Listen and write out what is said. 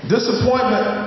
Disappointment